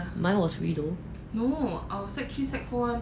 mine was free though know our sec three sec four